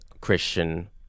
Christian